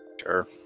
Sure